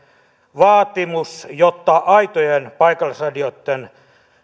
vaatimus jotta aitojen paikallisradioitten